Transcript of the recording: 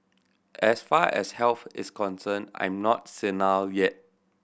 as far as health is concerned I'm not senile yet